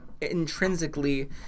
intrinsically